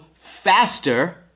faster